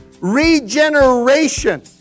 regeneration